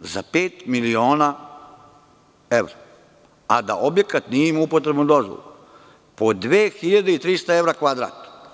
za pet miliona evra, a da objekat nije imao upotrebnu dozvolu, po 2.300 evra kvadrat.